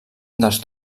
dels